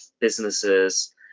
businesses